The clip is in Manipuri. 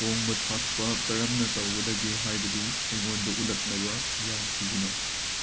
ꯊꯣꯡꯕ ꯊꯥꯛꯄ ꯀꯔꯝꯅ ꯇꯧꯒꯗꯒꯦ ꯍꯥꯏꯕꯗꯨ ꯑꯩꯉꯣꯟꯗ ꯎꯠꯂꯛꯅꯕ ꯒ꯭ꯌꯥꯟ ꯁꯤꯖꯤꯟꯅꯧ